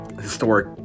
historic